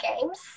games